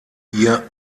ihr